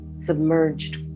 Submerged